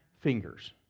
fingers